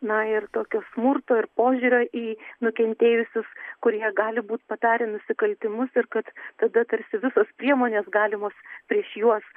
na ir tokius smurto ir požiūrio į nukentėjusius kurie gali būt padarę nusikaltimus ir kad tada tarsi visos priemonės galimos prieš juos